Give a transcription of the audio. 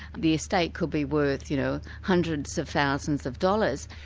the estate could be worth you know hundreds of thousands of dollars.